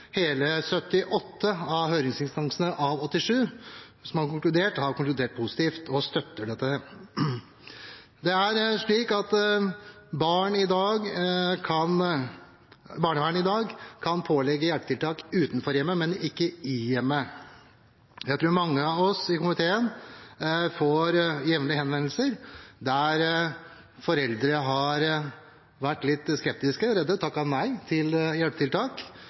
Hele 78 av 87 høringsinstanser som har konkludert, har konkludert positivt og støtter dette. Barnevernet kan i dag pålegge hjelpetiltak utenfor hjemmet, men ikke i hjemmet. Jeg tror mange av oss i komiteen jevnlig får henvendelser der foreldre har vært litt skeptiske og redde og takket nei til hjelpetiltak,